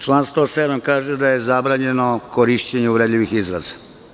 Član 107. kaže da je zabranjeno korišćenje uvredljivih izraza.